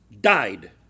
died